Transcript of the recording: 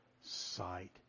sight